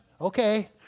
Okay